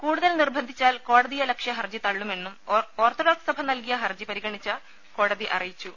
കൂടുതൽ നിർബന്ധിച്ചാൽ കോടതിയലക്ഷ്യ ഹർജി തള്ളുമെന്നും ഓർത്തഡോക്സ് സഭ നൽകിയ ഹർജി പരിഗണിച്ച കോടതി അറിയിച്ചു